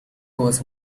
was